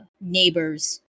neighbors